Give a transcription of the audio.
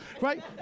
right